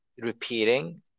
repeating